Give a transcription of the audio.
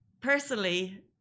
Personally